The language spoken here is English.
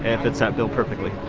and fits that bill perfectly.